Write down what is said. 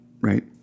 right